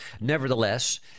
Nevertheless